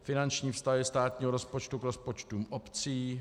Finanční vztahy státního rozpočtu k rozpočtům obcí